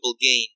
gain